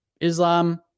Islam